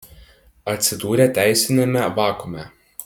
atsidūrė teisiniame vakuume